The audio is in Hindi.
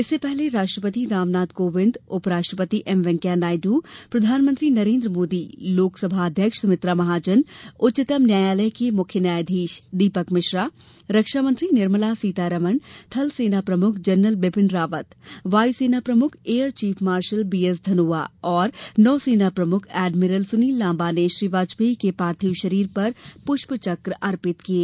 इससे पहले राष्ट्रपति रामनाथ कोविंद उप राष्ट्रपति एम वेंकैया नायडु प्रधानमंत्री नरेंद्र मोदी लोकसभा की अध्यक्ष सुमित्रा महाजन उच्चतम न्यायालय के मुख्य न्यायाधीश दीपक मिश्रा रक्षा मंत्री निर्मला सीतारमण थल सेना प्रमुख जनरल बिपिन रावत वायुसेना प्रमुख air chief marshal BS Dhanoa और नौसेना प्रमुख एडमिरल सुनील लांबा ने श्री वाजपेयी के पार्थिव शरीर पर प्रष्पचक्र अर्पित किये